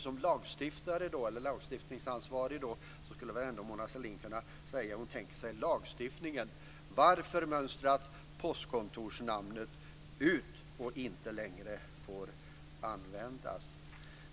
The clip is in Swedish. Som lagstiftningsansvarig skulle väl ändå Mona Sahlin kunna tala om hur hon tänker sig lagstiftningen. Varför mönstras postkontorsnamnet ut och får inte längre användas?